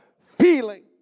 feeling